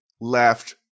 left